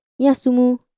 Yasumu